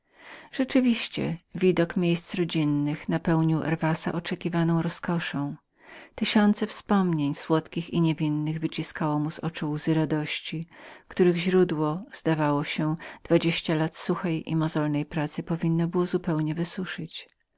rzeczywiście widok miejsc rodzinnych napełnił herwasa oczekiwaną rozkoszą tysiące wspomnień słodkich i niewinnych wyciskało mu łzy z oczu których źródło zdawało się że dwadzieścia lat suchej i mozolnej pracy zupełnie było wysuszyło